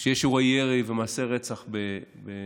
כשיש אירועי ירי ומעשי רצח בנצרת?